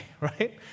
Right